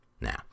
Now